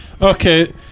Okay